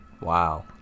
Wow